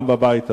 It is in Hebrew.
גם בבית הזה,